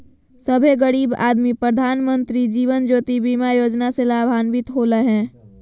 सभे गरीब आदमी प्रधानमंत्री जीवन ज्योति बीमा योजना से लाभान्वित होले हें